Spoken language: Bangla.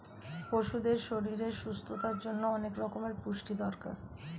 পশুদের শরীরের সুস্থতার জন্যে অনেক রকমের পুষ্টির দরকার